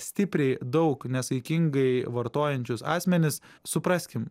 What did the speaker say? stipriai daug nesaikingai vartojančius asmenis supraskim